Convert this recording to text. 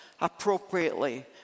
appropriately